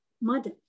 mother